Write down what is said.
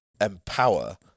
empower